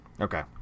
Okay